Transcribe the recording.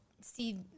see